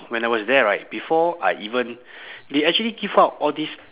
when I was there right before I even they actually give out all this